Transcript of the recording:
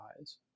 eyes